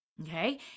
okay